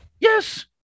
Yes